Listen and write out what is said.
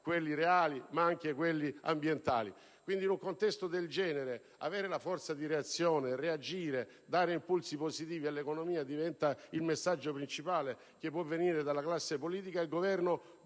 quelli reali a quelli ambientali. In un simile contesto avere la forza di reagire e di dare impulsi positivi all'economia diventa il messaggio principale che può venire dalla classe politica ed il Governo